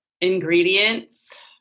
ingredients